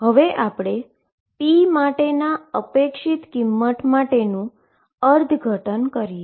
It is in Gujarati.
હવે આપણે p માટેના એક્સપેક્ટેશન વેલ્યુ માટેનુ ઈન્ટરપ્રીટેશન કરીએ